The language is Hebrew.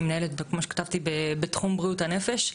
אני עוסקת בתחום בריאות הנפש.